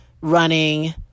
running